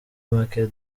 make